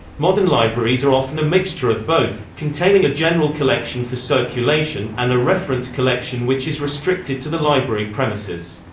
modern libraries are often a mixture of both, containing a general collection for circulation, and a reference collection which is restricted to the library premises.